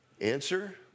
Answer